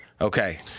Okay